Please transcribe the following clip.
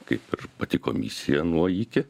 kaip ir pati komisija nuo iki